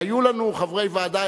והיו לנו חברי ועדה,